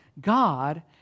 God